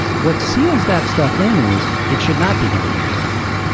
what seals that stuff in is, it should not be going on right now.